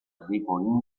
enrico